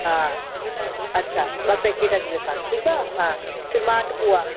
हा अच्छा ॿ पैकेट थी लिखा ठीकु आहे हा शिमाट पूआ